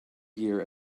year